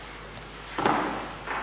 Hvala